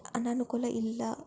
ಅನನುಕೂಲ ಇಲ್ಲ